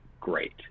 great